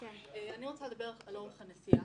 אני רוצה לדבר על אורך הנסיעה.